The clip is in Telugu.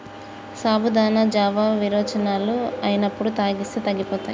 సాబుదానా జావా విరోచనాలు అయినప్పుడు తాగిస్తే తగ్గిపోతాయి